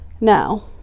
Now